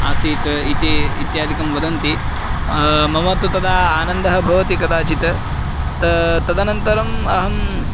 आसीत् इति इत्यादिकं वदन्ति मम तु तदा आनन्दः भवति कदाचित् ता तदनन्तरम् अहं